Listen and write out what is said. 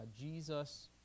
Jesus